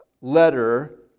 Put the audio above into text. letter